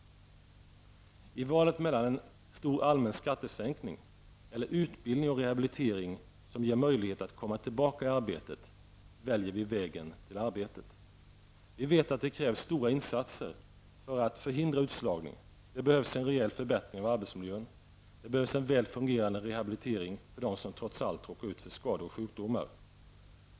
I valet mellan en stor allmän skattesänkning eller utbildning och rehabilitering som ger möjlighet att komma tillbaka till arbetet, väljer vi vägen till arbetet. Vi vet att det krävs stora insatser för att förhindra utslagning. Det behövs en rejäl förbättring av arbetsmiljön och en väl fungerande rehabilitering för dem som trots allt råkar ut för skador och sjukdomar.